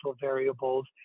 variables